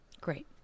Great